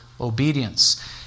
obedience